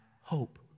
hope